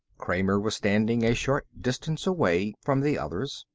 kramer was standing a short distance away from the others,